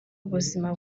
ubuzima